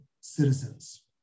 citizens